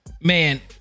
man